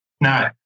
no